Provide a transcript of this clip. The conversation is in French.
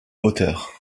auteurs